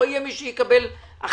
לא יהיה מי שיקבל החלטות.